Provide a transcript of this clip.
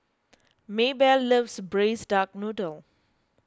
Maybelle loves Braised Duck Noodle